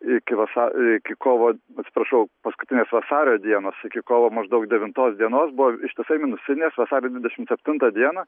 iki vasa iki kovo atsiprašau paskutinės vasario dienos iki kovo maždaug devintos dienos buvo ištisai minusinės vasario dvidešimt septintą dieną